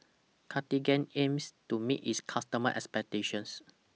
Cartigain aims to meet its customers' expectations